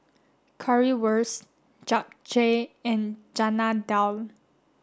Currywurst Japchae and Chana Dal